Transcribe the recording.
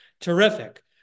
Terrific